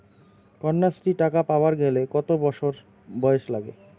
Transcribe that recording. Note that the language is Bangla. কন্যাশ্রী টাকা পাবার গেলে কতো বছর বয়স লাগে?